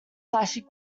flashy